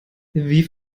wie